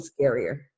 scarier